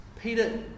Peter